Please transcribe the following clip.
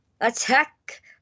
Attack